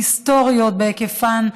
היסטוריות בהיקפן,